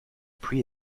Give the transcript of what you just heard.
pluie